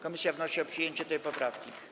Komisja wnosi o przyjęcie tej poprawki.